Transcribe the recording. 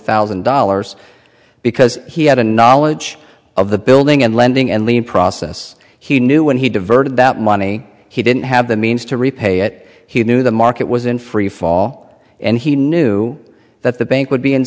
thousand dollars because he had a knowledge of the building and lending and lien process he knew when he diverted that money he didn't have the means to repay it he knew the market was in freefall and he knew that the bank would be in